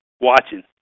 watching